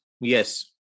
Yes